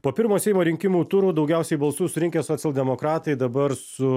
po pirmo seimo rinkimų turo daugiausiai balsų surinkę socialdemokratai dabar su